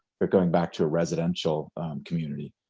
they're going back to a residential community.